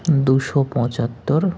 দুশো পঁচাত্তর